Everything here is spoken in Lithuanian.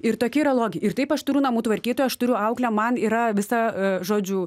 ir tokie yra logi ir taip aš turiu namų tvarkytoją aš turiu auklę man yra visa žodžiu